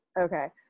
Okay